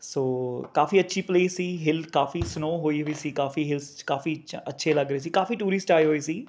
ਸੋ ਕਾਫੀ ਅੱਛੀ ਪਲੇਸ ਸੀ ਹੀਲ ਕਾਫੀ ਸਨੋਅ ਹੋਈ ਹੋਈ ਸੀ ਕਾਫੀ ਹੀਲਸ ਕਾਫੀ ਅੱਛਾ ਅੱਛੇ ਲੱਗ ਰਹੇ ਸੀ ਕਾਫੀ ਟੂਰਿਸਟ ਆਏ ਹੋਏ ਸੀ